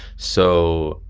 so,